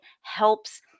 helps